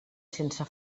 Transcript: sense